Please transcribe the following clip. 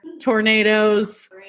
tornadoes